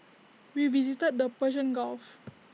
we visited the Persian gulf